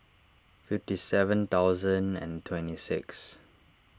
fifty seven thousand and twenty six